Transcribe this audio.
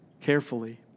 carefully